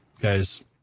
guy's